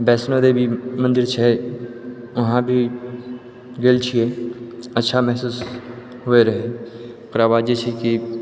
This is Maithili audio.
वैष्णो देवी मन्दिर छै वहाँ भी गेल छिए अच्छा महसूस होइ रहै ओकरा बाद जे छै कि